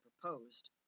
proposed